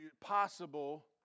possible